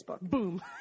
boom